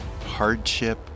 hardship